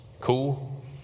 cool